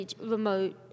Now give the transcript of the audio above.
remote